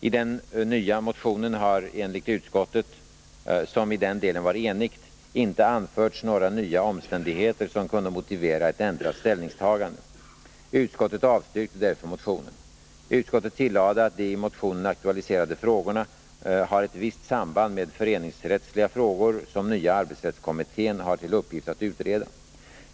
I den nya motionen hade enligt utskottet, som i den delen var enigt, inte anförts några nya omständigheter som kunde motivera ett ändrat ställningstagande. Utskottet avstyrkte därför motionen. Utskottet tillade att de i motionen aktualiserade frågorna har ett visst samband med föreningsrättsliga frågor som nya arbetsrättskommittén har till uppgift att utreda.